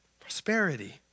prosperity